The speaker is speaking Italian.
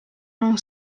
non